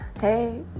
Hey